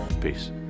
peace